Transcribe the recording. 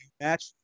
match